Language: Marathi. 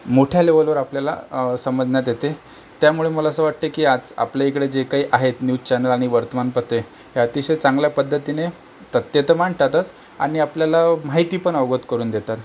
मोठ्या लेवलवर आपल्याला समजण्यात येते त्यामुळे मला असे वाटते की आज आपल्या इकडे जे काही आहेत न्यूज चॅनल आणि वर्तमानपत्रे हे अतिशय चांगल्या पद्धतीने तथ्यं तर मांडतातच आणि आपल्याला माहिती पण अवगत करून देतात